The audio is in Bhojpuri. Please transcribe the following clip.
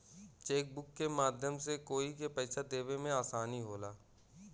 चेकबुक के माध्यम से कोई के पइसा देवे में आसानी होला